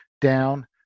down